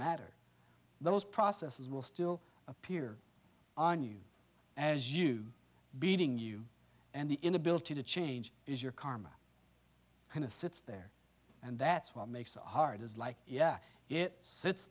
matter those processes will still appear on you as you beating you and the inability to change is your karma kind of sits there and that's what makes it hard is like yeah it sits